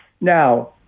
Now